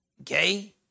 okay